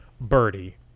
Birdie